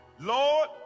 Lord